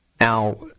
Now